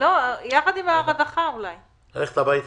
ללכת הביתה.